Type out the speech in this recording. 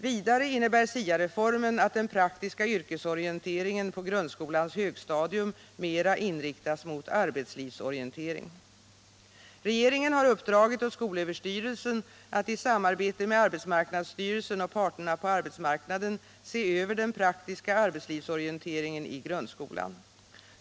Vidare innebär SIA-reformen att den praktiska yrkesorienteringen på grundskolans högstadium mera inriktas mot arbetslivsorientering. Regeringen har uppdragit åt skolöverstyrelsen att i samarbete med arbetsmarknadsstyrelsen och parterna på arbetsmarknaden se över den praktiska arbetslivsorienteringen i grundskolan.